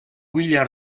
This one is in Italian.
william